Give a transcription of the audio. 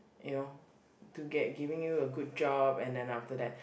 you know to get giving you a good job and then after that